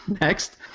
Next